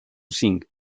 cinc